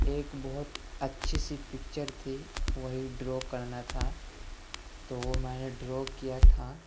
ایک بہت اچھی سی پکچر تھی وہی ڈرا کرنا تھا تو وہ میں نے ڈرا کیا تھا